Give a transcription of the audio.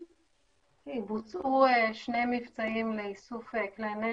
בוצעו שני מבצעים לאיסוף כלי נשק,